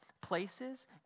places